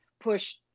push